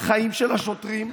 בחיים של השוטרים?